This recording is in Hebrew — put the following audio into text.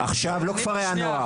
לא כפרי הנוער